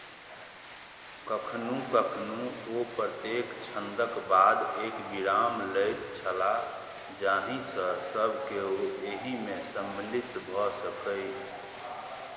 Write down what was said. कखनहु कखनहु ओ प्रत्येक छन्दक बाद एक विराम लैत छलाह जाहिसँ सभ केओ एहिमे सम्मिलित भऽ सकय